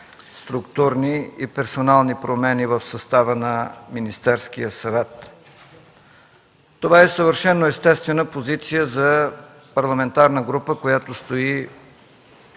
структурни и персонални промени в състава на Министерския съвет. Това е съвършено естествена позиция за парламентарна група, която стои